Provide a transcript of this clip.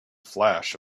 flash